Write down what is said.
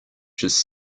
his